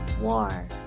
war